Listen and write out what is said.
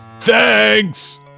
Thanks